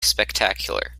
spectacular